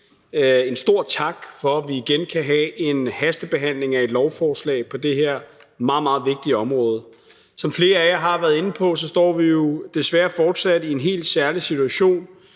en stor tak for, at vi igen kan have en hastebehandling af et lovforslag på det her meget, meget vigtige område. Som flere af jer har været inde på, står vi jo desværre fortsat i en helt særlig situation